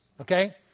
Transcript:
okay